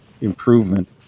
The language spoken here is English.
improvement